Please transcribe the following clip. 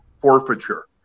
forfeiture